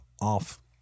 off